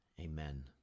amen